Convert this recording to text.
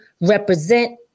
represent